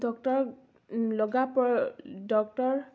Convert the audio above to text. ডক্তৰক লগা প ডক্তৰ